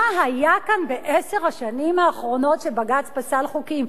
מה היה כאן בעשר השנים האחרונות שבג"ץ פסל חוקים?